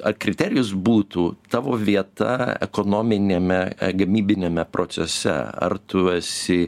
ar kriterijus būtų tavo vieta ekonominiame gamybiniame procese ar tu esi